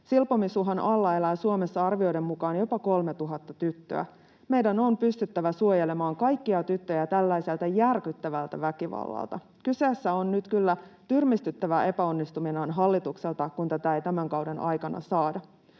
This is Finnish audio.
Silpomisuhan alla elää Suomessa arvioiden mukaan jopa 3 000 tyttöä. Meidän on pystyttävä suojelemaan kaikkia tyttöjä tällaiselta järkyttävältä väkivallalta. Kyseessä on nyt kyllä tyrmistyttävä epäonnistuminen hallitukselta, kun tätä ei tämän kauden aikana saada.